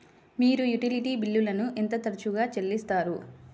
మీరు యుటిలిటీ బిల్లులను ఎంత తరచుగా చెల్లిస్తారు?